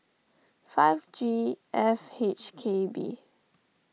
five G F H K B